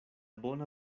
bona